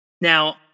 now